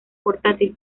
portátil